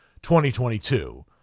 2022